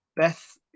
Beth